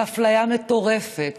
על אפליה מטורפת